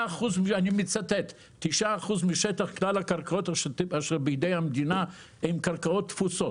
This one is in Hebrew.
אני מצטט: 9% משטח כלל הקרקעות אשר בידי המדינה הן קרקעות תפוסות.